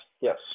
Yes